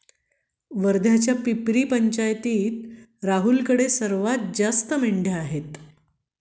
वर्ध्याच्या पिपरी पंचायतीत राहुलकडे सर्वात जास्त मेंढ्या आहेत